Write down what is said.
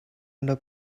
under